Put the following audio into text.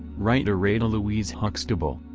writer ada louise huxtable,